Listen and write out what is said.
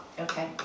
Okay